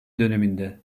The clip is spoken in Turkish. döneminde